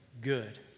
good